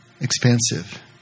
expansive